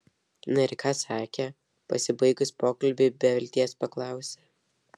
na ir ką sakė pasibaigus pokalbiui be vilties paklausė